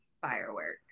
fireworks